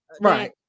Right